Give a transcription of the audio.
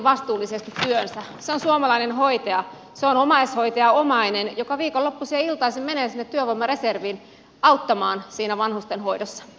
se on suomalainen hoitaja se on omaishoitaja omainen joka viikonloppuisin ja iltaisin menee sinne työvoimareserviin auttamaan siinä vanhustenhoidossa